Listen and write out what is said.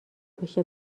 پشت